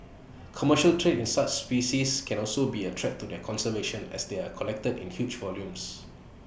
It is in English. commercial trade in such species can also be A threat to their conservation as they are collected in huge volumes